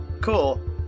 cool